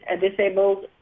disabled